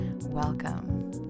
Welcome